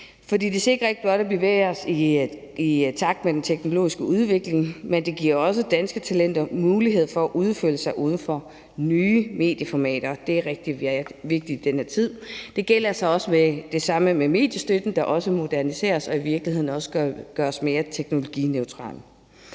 For det sikrer ikke blot, at vi bevæger os i takt med den teknologiske udvikling; det giver også danske talenter muligheden for at udfolde sig inden for nye medier og formater, og det er rigtig vigtigt i den her tid. Det samme gælder så også i forhold til mediestøtten, der er også moderniseres og i virkeligheden gøres mere teknologineutral.